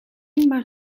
maar